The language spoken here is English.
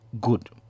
good